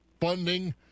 funding